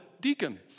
deacon